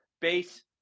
base